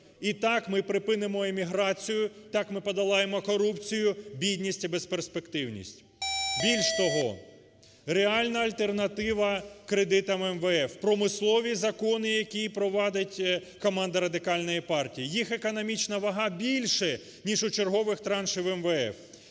І так ми припинимо еміграцію, так ми подолаємо корупцію, бідність і безперспективність. Більш того, реальна альтернатива кредитам МВФ – промислові закони, які провадить команда Радикальної партії. Їх економічна вага більша, ніж у чергових траншів МВФ.